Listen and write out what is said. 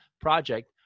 project